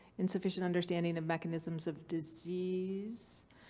insufficient understanding of mechanisms of disease?